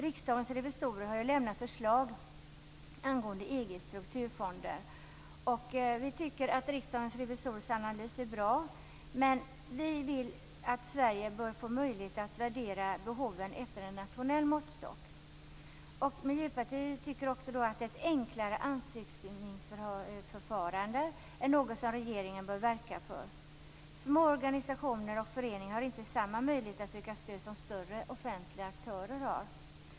Riksdagens revisorer har lämnat förslag angående EG:s strukturfonder. Vi tycker att deras analys är bra men vill att Sverige bör få möjlighet att värdera behoven efter en nationell måttstock. Vi i Miljöpartiet tycker att regeringen bör verka för ett enklare ansökningsförfarande. Små organisationer och föreningar har inte samma möjligheter att söka stöd som större offentliga aktörer har.